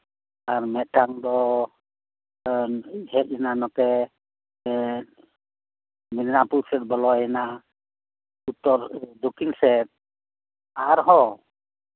ᱟᱨ ᱢᱤᱫᱴᱟᱱ ᱫᱚ ᱦᱮᱡ ᱮᱱᱟ ᱱᱚᱛᱮ ᱮᱸᱜ ᱢᱮᱫᱱᱤᱯᱩᱨ ᱥᱮᱜ ᱵᱚᱞᱚᱭᱮᱱᱟ ᱩᱛᱛᱚᱨ ᱫᱚᱠᱠᱷᱤᱱ ᱥᱮᱜ ᱟᱨᱦᱚᱸ